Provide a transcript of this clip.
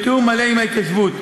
בתיאום מלא עם ההתיישבות.